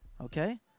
Okay